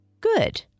Good